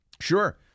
Sure